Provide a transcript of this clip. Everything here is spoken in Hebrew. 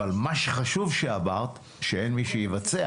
אבל מה שחשוב שאמרת: שאין מי שיבצע